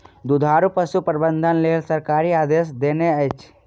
दुधारू पशु प्रबंधनक लेल सरकार आदेश देनै अछि